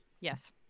Yes